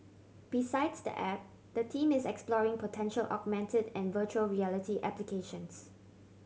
besides the app the team is exploring potential augmented and virtual reality applications